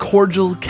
Cordial